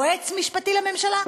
יועץ משפטי לממשלה,